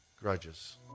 grudges